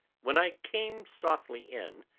when i came softly in,